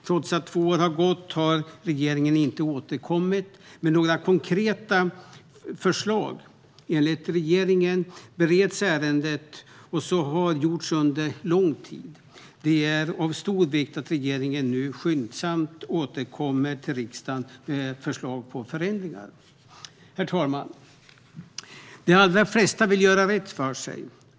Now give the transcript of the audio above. Trots att två år har gått har regeringen inte återkommit med några konkreta förslag. Enligt regeringen bereds ärendet, och så har gjorts under lång tid. Det är av stor vikt att regeringen nu skyndsamt återkommer till riksdagen med förslag till förändringar. Herr talman! De allra flesta vill göra rätt för sig.